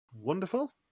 Wonderful